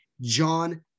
John